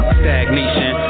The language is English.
stagnation